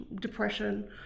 depression